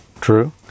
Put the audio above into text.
True